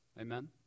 Amen